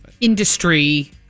industry